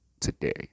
today